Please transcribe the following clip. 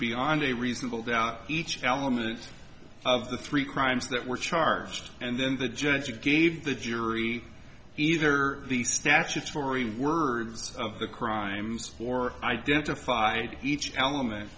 beyond a reasonable doubt each element of the three crimes that were charged and then the judge gave the jury either the statutory words of the crimes or identified each element